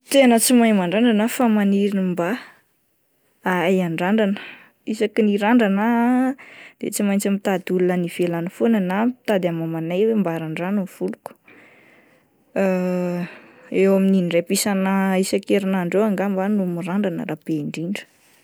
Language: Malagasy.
Tena tsy mahay mandrandrana ahy fa maniry ny mba ahay andrandrana, isaky ny irandrana aho ah de tsy maintsy mitady olona any ivelany foana na mitady any mamanay hoe mba randrano ny voloko, eo amin'ny indraipa isana-iasan-kerinandro eo ngamba aho no mirandrana raha be indrindra.